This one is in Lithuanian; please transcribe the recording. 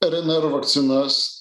rnr vakcinas